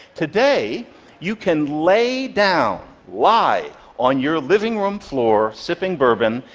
today you can lay down lie on your living room floor, sipping bourbon,